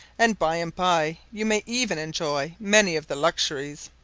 and by and by you may even enjoy many of the luxuries.